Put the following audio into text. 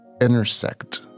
intersect